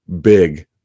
big